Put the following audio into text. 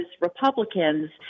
Republicans—